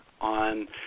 on